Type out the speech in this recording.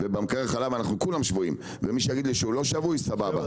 ובמקרר החלב כולנו שבויים ומי שיגיד לי שהוא לא שבוי סבבה.